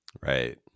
Right